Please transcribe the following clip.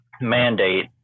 mandate